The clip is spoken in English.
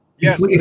yes